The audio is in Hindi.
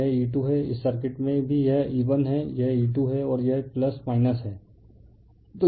रिफर स्लाइड टाइम 1356 तो यह E2 है यह E2 है इस सर्किट में भी यह E1 है यह E2 है और यह है